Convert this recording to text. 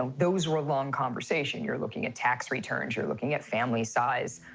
ah those were long conversations. you're looking at tax returns. you're looking at family size.